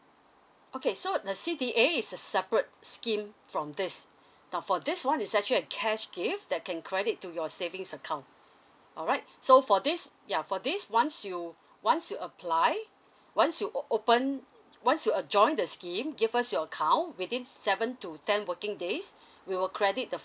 okay so the C_D_A is a separate scheme from this now for this one is actually cash gift that can credit to your savings account alright so for this ya for this once you once you apply once you open once you uh join the scheme give us your account within seven to ten working days we will credit the